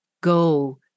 go